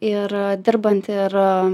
ir dirbant ir